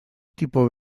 tipo